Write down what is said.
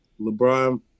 LeBron